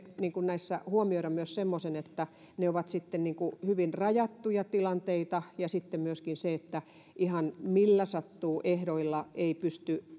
näissä huomioida myös semmoisen että ne ovat hyvin rajattuja tilanteita ja myöskin sen että ihan millä sattuu ehdoilla ei pysty